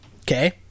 Okay